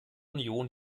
union